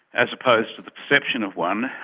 as opposed to the perception of one,